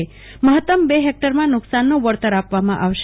જે અનુસાર મહત્તમ બે હેક્ટરમાં નુકસાનનું વળતર આપવામાં આવશે